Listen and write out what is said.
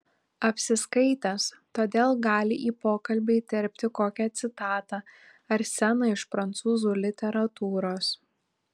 apsiskaitęs todėl gali į pokalbį įterpti kokią citatą ar sceną iš prancūzų literatūros